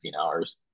hours